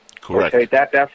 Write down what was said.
Correct